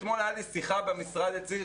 אתמול היה לי שיחה במשרד אצלי,